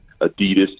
Adidas